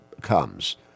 comes